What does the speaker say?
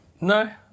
No